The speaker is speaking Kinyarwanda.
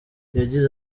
yagize